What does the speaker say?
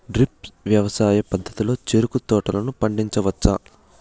drip వ్యవసాయ పద్ధతిలో చెరుకు తోటలను పండించవచ్చా